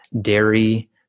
dairy